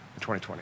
2020